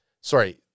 Sorry